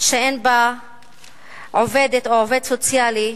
שאין בה עובדת או עובד סוציאלי,